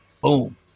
Boom